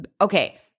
Okay